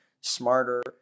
smarter